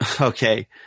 Okay